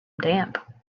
damp